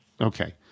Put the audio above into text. okay